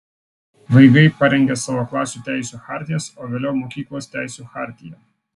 vaikai parengia savo klasių teisių chartijas o vėliau mokyklos teisių chartiją